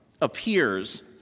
Appears